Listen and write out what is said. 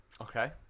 Okay